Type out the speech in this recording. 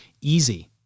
Easy